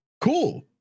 cool